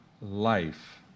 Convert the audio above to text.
life